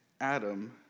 Adam